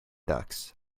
ducks